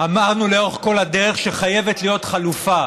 אמרנו לאורך כל הדרך שחייבת להיות חלופה,